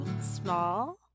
Small